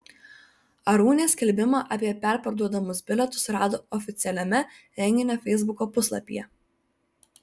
arūnė skelbimą apie perparduodamus bilietus rado oficialiame renginio feisbuko puslapyje